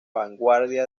vanguardia